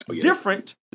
different